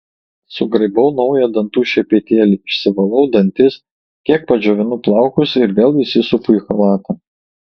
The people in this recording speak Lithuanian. sugraibau naują dantų šepetėlį išsivalau dantis kiek padžiovinu plaukus ir vėl įsisupu į chalatą